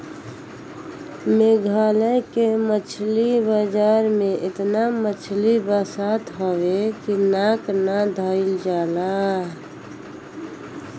मेघालय के मछरी बाजार में एतना मछरी बसात हवे की नाक ना धइल जाला